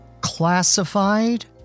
classified